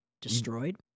destroyed